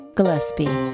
Gillespie